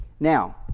Now